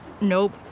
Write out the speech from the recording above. Nope